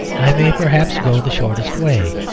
i may perhaps go the shortest way.